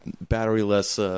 battery-less